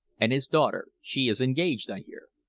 and his daughter? she is engaged, i hear.